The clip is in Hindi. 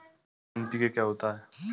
एन.पी.के क्या होता है?